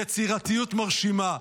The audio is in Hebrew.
יצירתיות מרשימה,